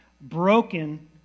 broken